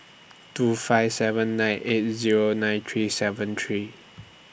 two five seven nine eight Zero nine three seven three